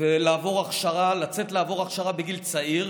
ולעבור הכשרה בגיל צעיר.